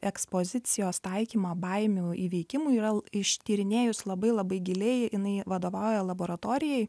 ekspozicijos taikymą baimių įveikimui yra ištyrinėjus labai labai giliai jinai vadovauja laboratorijai